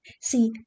See